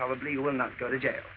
probably will not go to jail